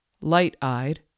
light-eyed